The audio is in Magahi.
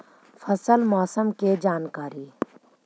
फसल मौसम के जानकारी?